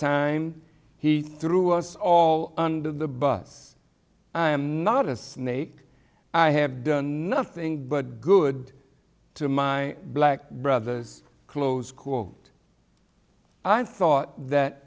time he threw us all under the bus i am not a snake i have done nothing but good to my black brothers close quote i thought that